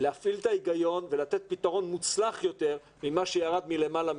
להפעיל את ההיגיון ולתת פתרון מוצלח יותר מכפי שירד מלמעלה,